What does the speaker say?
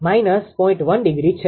1° છે